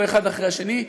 לא אחד אחרי השני,